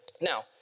Now